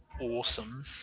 awesome